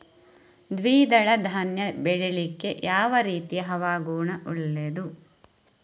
ದ್ವಿದಳ ಧಾನ್ಯ ಬೆಳೀಲಿಕ್ಕೆ ಯಾವ ರೀತಿಯ ಹವಾಗುಣ ಒಳ್ಳೆದು?